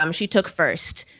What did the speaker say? um she took first,